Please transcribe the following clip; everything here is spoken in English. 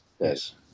Yes